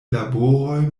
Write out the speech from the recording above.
laboroj